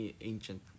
ancient